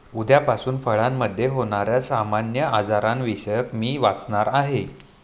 उद्यापासून फळामधे होण्याऱ्या सामान्य आजारांविषयी मी वाचणार आहे